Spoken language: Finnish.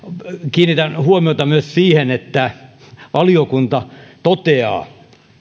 kiinnitän huomiota myös siihen että valiokunta toteaa